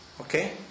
okay